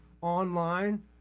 online